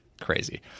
crazy